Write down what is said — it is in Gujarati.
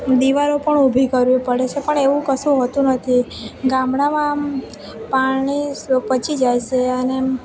દિવારો પણ ઊભી કરવી પડે છે પણ એવું કશું હોતું નથી ગામડાંમાં આમ પાણી પચી જાય છે અને એમ